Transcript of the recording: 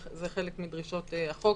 זה חלק מדרישות החוק,